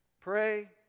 Pray